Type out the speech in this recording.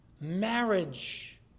Marriage